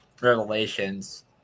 Revelations